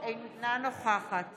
אינה נוכחת